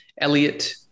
Elliot